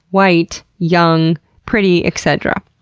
white, young, pretty, etc.